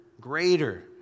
greater